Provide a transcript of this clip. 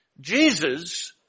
Jesus